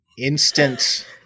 instant